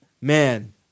man